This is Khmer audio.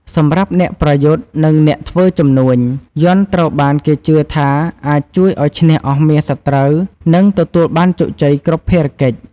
សម្រាប់អ្នកប្រយុទ្ធ និងអ្នកធ្វើជំនួញ យ័ន្តត្រូវបានគេជឿថាអាច ជួយឱ្យឈ្នះអស់មារសត្រូវ និងទទួលបានជោគជ័យគ្រប់ភារកិច្ច។